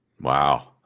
Wow